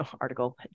article